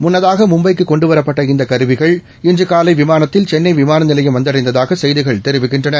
முன்னதாக மும்பைக்கு கொண்டுவரப்பட்ட இந்த கருவிகள் இன்று காலை விமானத்தில் சென்னை விமான நிலையம் வந்தடைந்ததாக செய்திகள் தெரிவிக்கின்றன